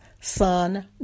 son